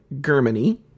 Germany